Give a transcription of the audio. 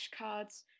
flashcards